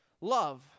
love